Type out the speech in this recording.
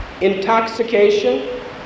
Intoxication